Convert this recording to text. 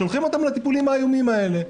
שולחים אותם לטיפולים האיומים האלה.